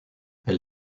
elle